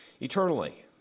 eternally